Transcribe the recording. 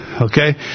okay